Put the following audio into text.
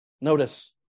Notice